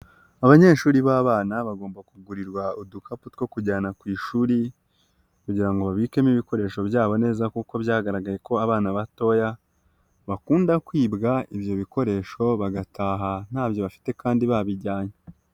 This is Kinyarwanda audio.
Abanyeshuri b'abana bagomba kugurirwa udukapu two kujyana ku ishuri kugira ngo babikemo ibikoresho byabo neza kuko byagaragaye ko abana batoya bakunda kwibwa ibyo bikoresho, bagataha ntabyo bafite kandi babijyanye.